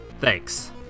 Thanks